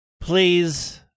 please